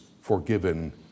forgiven